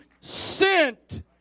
sent